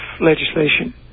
legislation